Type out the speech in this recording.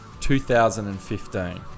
2015